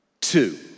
Two